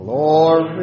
Glory